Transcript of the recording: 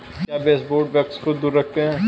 क्या baseboard bugs को दूर रखते हैं?